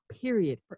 period